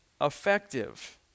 effective